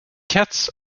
cats